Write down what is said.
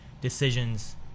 decisions